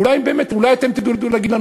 אולי באמת, אולי אתם תדעו להגיד לנו.